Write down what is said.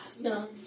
No